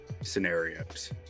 scenarios